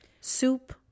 Soup